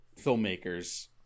filmmakers